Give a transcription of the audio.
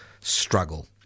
struggle